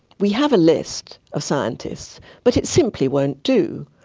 we have a list of scientists but it simply won't do.